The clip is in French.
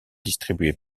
distribuée